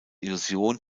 illusion